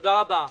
תודה רבה.